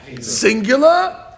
singular